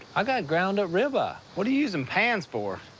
i got ground-up rib-eye. what are you using pans for?